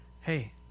hey